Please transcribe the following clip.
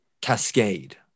cascade